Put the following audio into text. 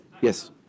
Yes